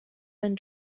than